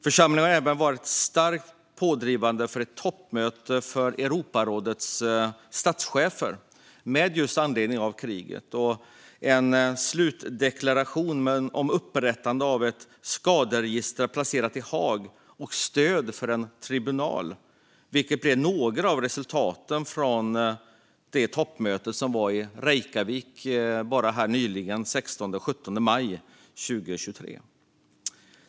Församlingen har även varit starkt pådrivande för ett toppmöte för Europarådets statschefer med anledning av kriget och för en slutdeklaration om upprättande av ett skaderegister placerat i Haag och om stöd för en tribunal, vilket är några av resultaten från det toppmöte som ägde rum i Reykjavík nyligen, den 16-17 maj 2023.